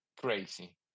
crazy